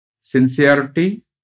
sincerity